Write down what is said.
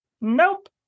Nope